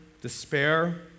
despair